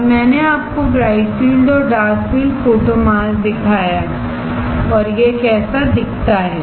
अब मैंने आपको ब्राइट फ़ील्ड और डार्क फ़ील्ड फोटो मास्क दिखाया है और यह कैसा दिखता है